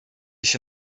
się